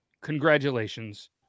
congratulations